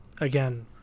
again